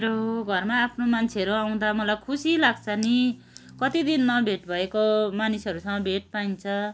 मेरो घरमा आफ्नो मान्छेहरू आउँदा मलाई खुसी लाक्छ नि कति दिन नभेट भएको मानिसहरूसँग भेट पाइन्छ